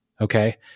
okay